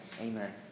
Amen